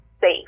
safe